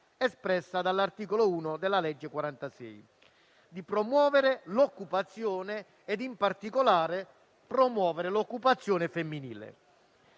espressa dall'articolo 1 della legge n. 46 di promuovere l'occupazione ed in particolare quella femminile.